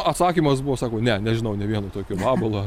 atsakymas buvo sako ne nežinau nė vieno tokio vabalo